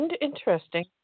interesting